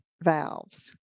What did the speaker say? valves